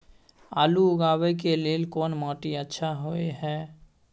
आलू उगाबै के लेल कोन माटी अच्छा होय है?